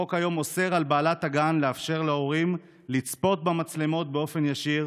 החוק היום אוסר על בעלת הגן לאפשר להורים לצפות במצלמות באופן ישיר,